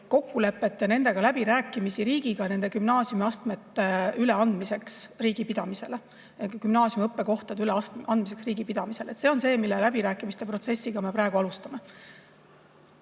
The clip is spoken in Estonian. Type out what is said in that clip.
kokkulepeteni, pidada läbirääkimisi nende gümnaasiumiastmete üleandmiseks riigi pidamisele, gümnaasiumi õppekohtade üleandmiseks riigi pidamisele. Seda läbirääkimiste protsessi me praegu alustame.